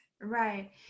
right